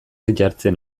jartzen